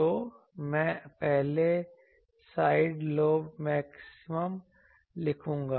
तो मैं पहले साइड लोब मैक्सिमा लिखूंगा